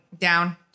down